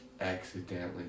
accidentally